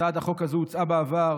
הצעת החוק הזו הוצעה בעבר